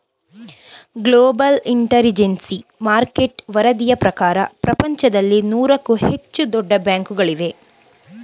global intelligence market ವರದಿಯ ಪ್ರಕಾರ ಪ್ರಪಂಚದಲ್ಲಿ ನೂರಕ್ಕೂ ಹೆಚ್ಚು ದೊಡ್ಡ ಬ್ಯಾಂಕುಗಳಿವೆ